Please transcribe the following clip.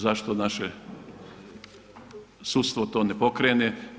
Zašto naše sudstvo to ne pokrene?